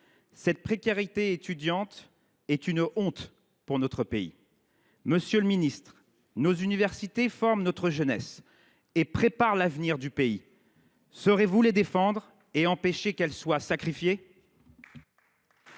Cette précarité étudiante est une honte pour notre pays ! Monsieur le ministre, nos universités forment notre jeunesse et préparent l’avenir du pays. Saurez vous les défendre et empêcher qu’elles soient sacrifiées ?